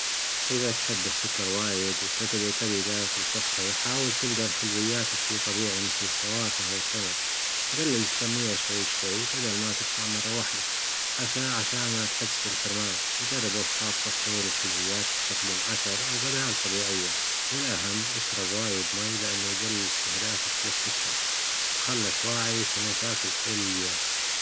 إذا تحب السكر وايد و وتبي تأكل صحي حاول تبدأ الحلويات بشي طبيعي مثل الفواكه أو التمر، جلل الكمية شوي شوي بدل ما تجطع مرة وحدة عشان ما تحس بالحرمان، جرب وصفات صحية للحلويات إستخدم عسل أو بدائل طبيعية، والأهم إشرب وايد ماي لأنه يجلل لإستهدافك للسكر خلك واعي تشنو تأكل طول اليوم.